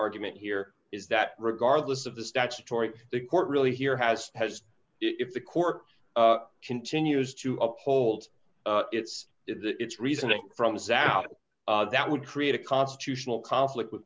argument here is that regardless of the statutory the court really here has has if the court continues to uphold its its reasoning from the sat out that would create a constitutional conflict with